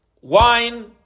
Wine